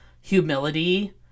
humility